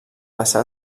passà